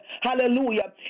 hallelujah